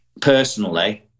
personally